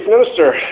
minister